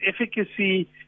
efficacy